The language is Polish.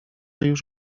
już